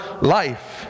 life